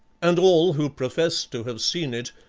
and all who profess to have seen it,